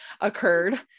occurred